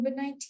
COVID-19